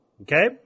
Okay